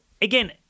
again